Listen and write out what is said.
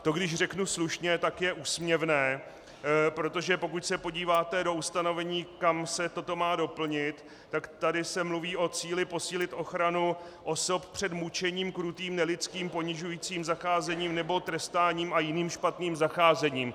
To, když řeknu slušně, tak je úsměvné, protože pokud se podíváte do ustanovení, kam se toto má doplnit, tak tady se mluví o cíli posílit ochranu osob před mučením, krutým nelidským ponižujícím zacházením nebo trestáním a jiným špatným zacházením.